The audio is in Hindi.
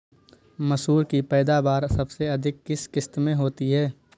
मसूर की पैदावार सबसे अधिक किस किश्त में होती है?